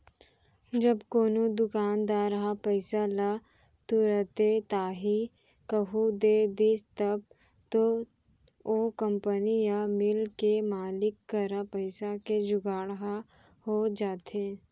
जब कोनो दुकानदार ह पइसा ल तुरते ताही कहूँ दे दिस तब तो ओ कंपनी या मील के मालिक करा पइसा के जुगाड़ ह हो जाथे